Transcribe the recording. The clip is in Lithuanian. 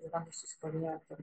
yra nusistovėję tarp